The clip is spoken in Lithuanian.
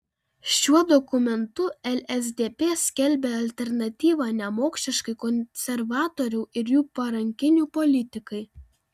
šiuo dokumentu lsdp skelbia alternatyvą nemokšiškai konservatorių ir jų parankinių politikai